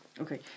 Okay